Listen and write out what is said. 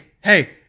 hey